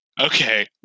Okay